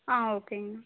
ஆ ஓகேங்க